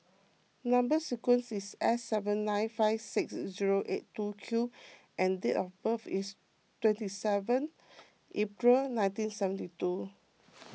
Number Sequence is S seven nine five six zero eight two Q and date of birth is twenty seventh April nineteen seventy two